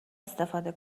استفاده